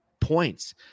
points